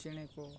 ᱪᱮᱬᱮ ᱠᱚ